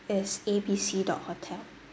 it's A B C dot hotel